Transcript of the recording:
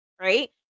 right